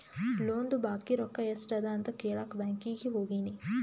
ಲೋನ್ದು ಬಾಕಿ ರೊಕ್ಕಾ ಎಸ್ಟ್ ಅದ ಅಂತ ಕೆಳಾಕ್ ಬ್ಯಾಂಕೀಗಿ ಹೋಗಿನಿ